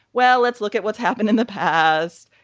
well, let's look at what's happened in the past.